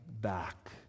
back